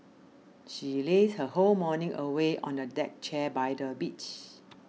she lazed her whole morning away on a deck chair by the beach